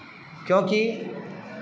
क्योंकि